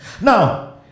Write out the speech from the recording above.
Now